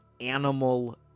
animal